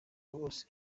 bose